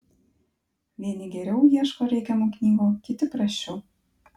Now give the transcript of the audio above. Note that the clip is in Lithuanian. vieni geriau ieško reikiamų knygų kiti prasčiau